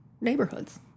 neighborhoods